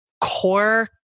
core